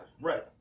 Right